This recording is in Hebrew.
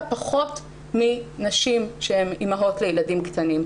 פחות מנשים שהן אימהות לילדים קטנים.